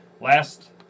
last